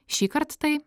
šįkart tai